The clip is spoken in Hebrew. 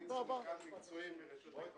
אני סמנכ"ל מקצועי מרשות האכיפה